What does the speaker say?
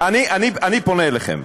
אני פונה אליכם.